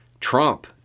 Trump